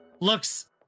looks